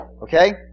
Okay